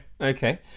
okay